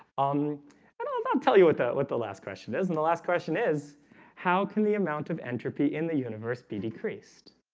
um but tell you what that what the last question is in the last question is how can the amount of entropy in the universe be decreased?